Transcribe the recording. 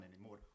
anymore